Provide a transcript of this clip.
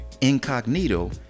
incognito